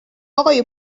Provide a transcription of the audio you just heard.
آقای